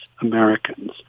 Americans